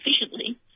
efficiently